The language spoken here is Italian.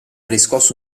riscosso